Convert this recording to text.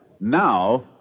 Now